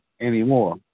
anymore